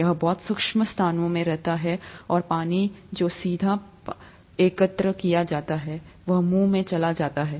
यह बहुत शुष्क स्थानों में रहता है और पानी जो सीधे एकत्र किया जाता है वह मुंह में चला जाता है